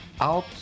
out